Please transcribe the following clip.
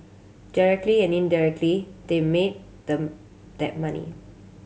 directly and indirectly they made the that money